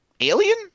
alien